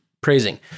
praising